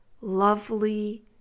lovely